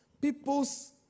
people's